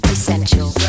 Essential